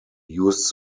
used